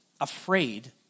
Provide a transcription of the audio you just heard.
afraid